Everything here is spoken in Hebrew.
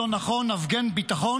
נכון, לא נכון, הפגן ביטחון,